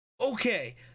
Okay